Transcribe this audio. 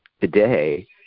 today